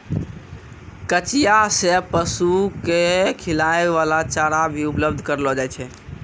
कचिया सें पशु क खिलाय वाला चारा भी उपलब्ध करलो जाय छै